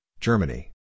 Germany